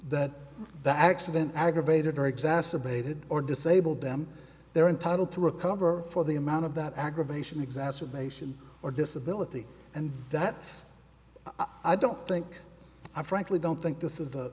that the accident aggravated or exacerbated or disabled them they're entitled to recover for the amount of that aggravation exacerbation or disability and that's i don't think i frankly don't think this is a